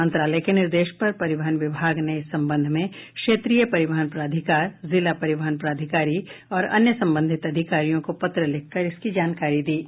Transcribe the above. मंत्रालय के निर्देश पर परिवहन विभाग ने इस संबंध में क्षेत्रीय परिवहन प्राधिकार जिला परिवहन पदाधिकारी और अन्य संबंधित अधिकारियों को पत्र लिखकर इसकी जानकारी दी है